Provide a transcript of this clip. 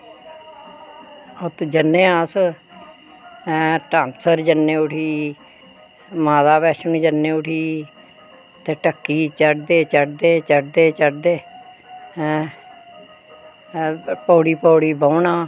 छड़उत्त जन्ने आं अस डानसर जन्ने आं उट्ठी माता वैष्णो जन्ने आं उठी ते ढक्की चढ़दे चढ़दे चढ़दे चढ़दे ऐं पौड़ी पौड़ी बौह्ना आं